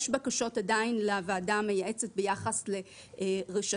יש עדיין בקשות לוועדה המייעצת ביחס לרשתות.